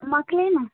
مکلے نہ